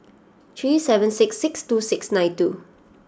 three seven six six two six nine two